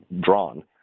drawn